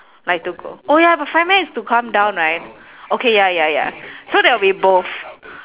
like to go oh ya but fireman is to come down right okay ya ya ya so there'll be both